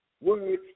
words